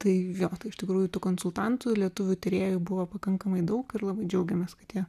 tai jo iš tikrųjų tų konsultantų lietuvių tyrėjų buvo pakankamai daug ir labai džiaugiamės kad jie